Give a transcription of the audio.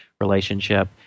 relationship